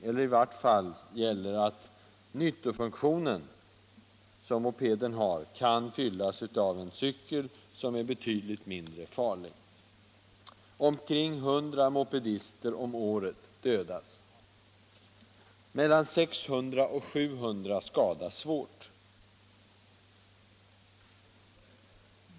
I varje fall gäller att den nyttofunktion som mopeden har kan fyllas av en cykel, som är betydligt mindre farlig. Omkring 100 mopedister om året dödas. Mellan 600 och 700 skadas svårt.